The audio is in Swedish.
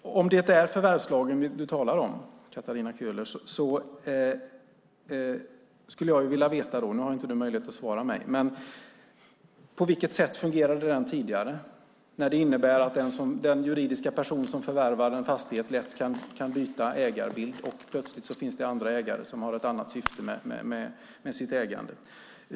Herr talman! Om det är förvärvslagen du, Katarina Köhler, talar om skulle jag vilja veta - nu har du inte möjlighet att svara mig - på vilket sätt den fungerade tidigare när det innebär att den juridiska person som förvärvar en fastighet lätt kan byta ägarbild. Plötsligt finns det andra ägare som har ett annat syfte med sitt ägande.